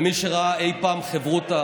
ומי שראה אי פעם חברותא,